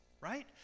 right